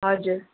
हजुर